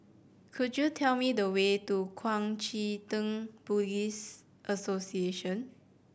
could you tell me the way to Kuang Chee Tng Buddhist Association